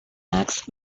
max